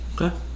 okay